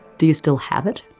do you still have it?